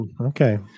okay